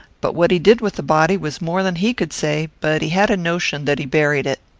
but what he did with the body was more than he could say, but he had a notion that he buried it.